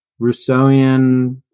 Rousseauian